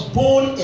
born